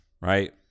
right